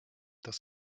das